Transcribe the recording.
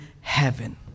heaven